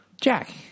Jack